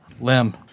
Limb